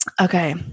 Okay